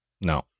no